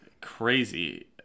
Crazy